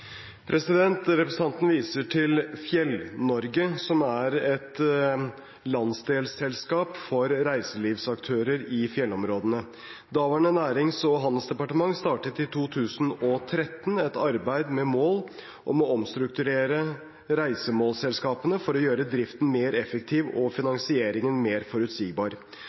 Representanten viser til Fjell-Norge, som er et landsdelsselskap for reiselivsaktører i fjellområdene. Daværende nærings- og handelsdepartement startet i 2013 et arbeid med mål om å omstrukturere reisemålsselskapene for å gjøre driften mer effektiv og finansieringen mer forutsigbar.